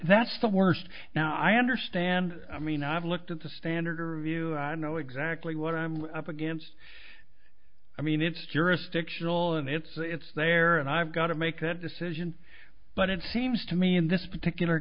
that's the worst now i understand i mean i've looked at the standard or you know exactly what i'm up against i mean it's jurisdictional and it's it's there and i've got to make that decision but it seems to me in this particular